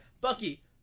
Bucky